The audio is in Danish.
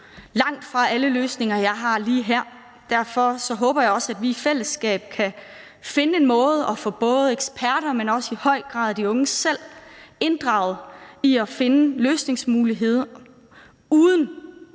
langtfra alle løsninger, jeg har lige her. Derfor håber jeg også, at vi i fællesskab kan finde en måde at få både eksperter, men i høj grad også de unge selv inddraget i at finde løsningsmuligheder, uden